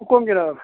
حُکُم جناب